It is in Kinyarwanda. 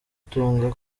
tunga